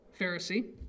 Pharisee